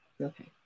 Okay